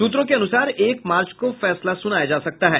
सूत्रों के अनुसार एक मार्च को फैसला सुनाया जा सकता है